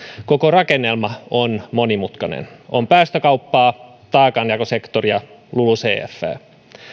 koko rakennelma on monimutkainen on päästökauppaa taakanjakosektoria lulucfää